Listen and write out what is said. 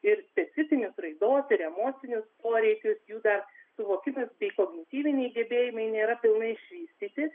ir specifinius raidos ir emocinius poreikius jų dar suvokimas bei kognityviniai gebėjimai nėra pilnai išvystyti